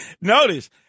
Notice